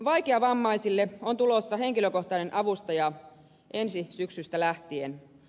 vaikeavammaisille on tulossa henkilökohtainen avustaja ensi syksystä lähtien